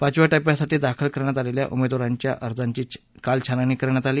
पाचव्या टप्प्यासाठी दाखल करण्यात आलेल्या उमेदवारांच्या अर्जांची काल छाननी करण्यात आली